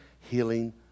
healing